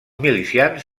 milicians